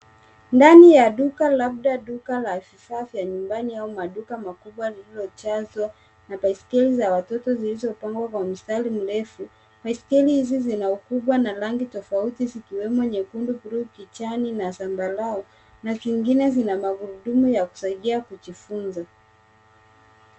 Ndani ya duka labda duka la vifaa vya nyumbani au maduka makubwa iliyojazwa baiskeli za watoto zilizopangwa kwa mstari mrefu. Baiskeli hizi Zina ukubwa na rangi tofauti zikiwemo nyekundu, bluu, kijani na zambarau na zingine zina magurudumu ya kusaidia kujifunza.